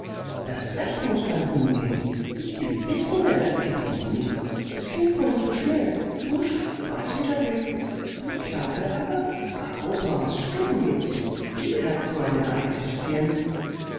erst recht muß man hinsehen ich will wissen wer das gewesen ist es ging vorhin zu schnell husch war's wieder weg ich glaube aber es war großmamas stubenmädchen die hat so eine weiße stirn